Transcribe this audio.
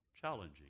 Challenging